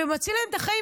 ומציל להן את החיים,